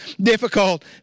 difficult